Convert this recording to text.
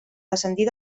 descendir